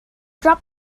drop